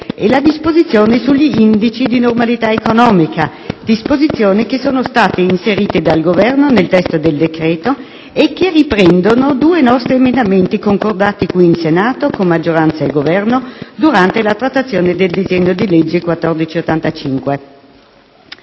e la disposizione sugli indici di normalità economica, disposizioni che sono state inserite dal Governo nel testo del decreto- legge e che riprendono due nostri emendamenti concordati qui in Senato con maggioranza e Governo durante la trattazione del disegno di legge n. 1485.